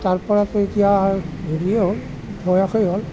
তাৰ পৰাটো এতিয়া এই হেৰিয়েই হ'ল বয়সেই হ'ল